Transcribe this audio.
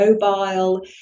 mobile